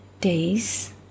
days